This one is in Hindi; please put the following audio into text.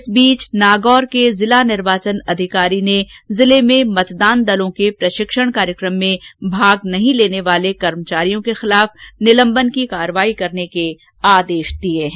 इस बीच नागौर के जिला निर्वाचन अधिकारी ने जिले में मतदान दलों के प्रशिक्षण कार्यक्रम में भाग नहीं लेने वाले कर्मचारियों के खिलाफ निलम्बन की कार्यवाही करने के आदेश दिए हैं